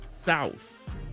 South